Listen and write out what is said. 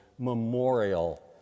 Memorial